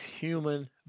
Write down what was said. human